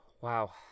Wow